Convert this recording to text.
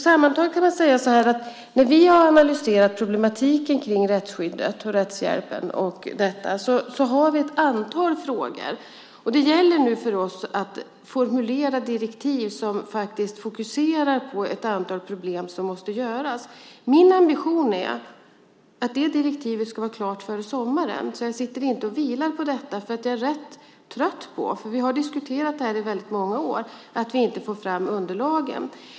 Sammantaget kan man säga att vi har formulerat ett antal frågor när vi har analyserat problematiken kring rättsskyddet och rättshjälpen. Det gäller nu för oss att formulera ett direktiv som fokuserar på ett antal problem som måste lösas. Min ambition är att det direktivet ska vara klart före sommaren. Jag sitter inte och vilar på detta. Jag är rätt trött; vi har diskuterat det här i många år, men har inte fått fram underlagen.